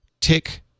tick